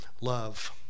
love